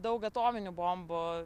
daug atominių bombų